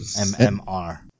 M-M-R